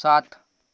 सात